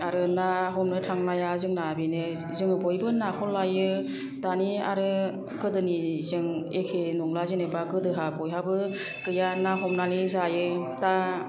आरो ना हमनो थांनाया जोंना बेनो जों बयबो नाखौ लायो दानि आरो गोदोनिजों एखे नंला जेन'बा गोदोहा बयहाबो गैया ना हमनानै जायो दा